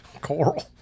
coral